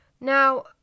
Now